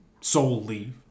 solely